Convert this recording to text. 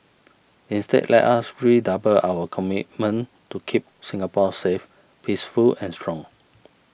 instead let us redouble our commitment to keep Singapore safe peaceful and strong